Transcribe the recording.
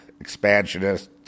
expansionist